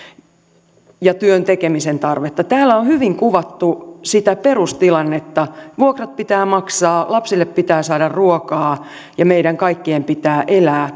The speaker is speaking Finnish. ja työn tekemisen tarvetta täällä on hyvin kuvattu sitä perustilannetta vuokrat pitää maksaa lapsille pitää saada ruokaa ja meidän kaikkien pitää elää